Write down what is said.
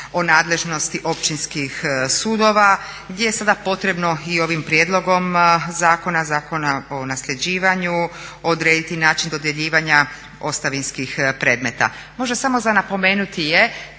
o nadležnosti općinskih sudova gdje je sada potrebno i ovim prijedlogom zakona, Zakona o nasljeđivanju odrediti način dodjeljivanja ostavinskih predmeta. Možda samo za napomenuti je